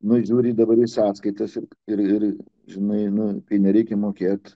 nužiūri dabar sąskaitas imk ir žinai nu tai nereikia mokėt